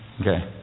Okay